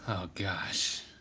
gosh.